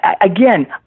again